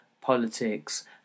politics